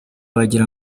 wagira